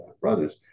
brothers